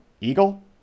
Eagle